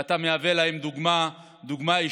ואתה מהווה להם דוגמה אישית